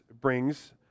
brings